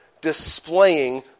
displaying